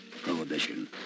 Prohibition